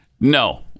No